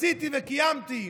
עשיתי וקיימתי.